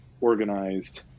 organized